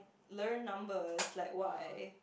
learn numbers like why